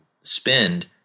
spend